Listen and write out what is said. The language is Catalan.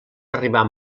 arribar